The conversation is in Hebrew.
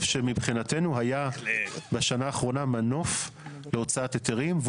שמבחינתנו היה בשנה האחרונה מנוף להוצאת היתרים.